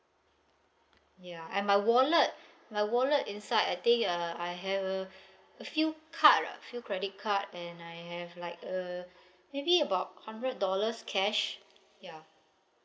ya and my wallet my wallet inside I think uh I have a a few card ah a few credit card and I have like uh maybe about hundred dollars cash ya